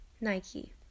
Nike